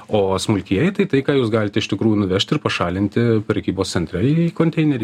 o smulkieji tai tai ką jūs galit iš tikrųjų nuvežti ir pašalinti prekybos centre į konteinerį